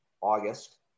August